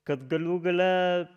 kad galų gale